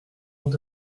onze